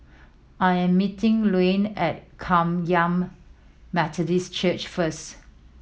I am meeting Layne at Kum Yan Methodist Church first